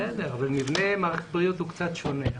בסדר, אבל מבנה מערכת הבריאות הוא קצת שונה.